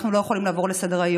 אנחנו לא יכולים לעבור לסדר-היום.